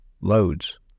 loads